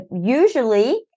usually